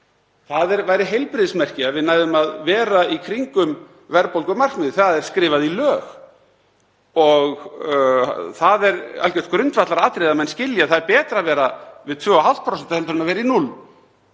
Það væri heilbrigðismerki að við næðum að vera í kringum verðbólgumarkmiðið. Það er skrifað í lög og það er algjört grundvallaratriði að menn skilji að það er betra að vera við 2,5% en að vera í